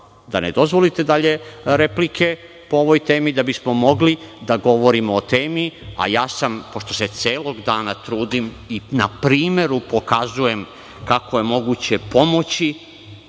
da ne dozvolite dalje replike po ovoj temi, da bismo mogli da govorimo o temi, a ja sam, pošto se celog dana trudim i na primeru pokazujem kako je moguće pomoći